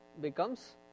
becomes